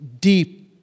deep